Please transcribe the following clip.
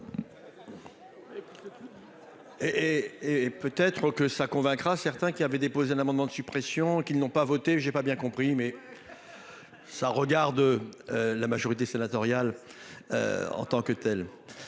et peut être que ça convaincra certains qui avaient déposé un amendement de suppression qu'ils n'ont pas voté. J'ai pas bien compris mais. Ça regarde la majorité sénatoriale. En tant que telle.